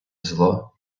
зло